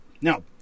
Now